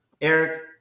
Eric